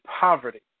poverty